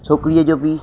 छोकिरीअ जो बि